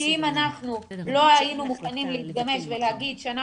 אם אנחנו לא היינו מוכנים להתגמש ולהגיד שנה